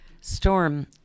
Storm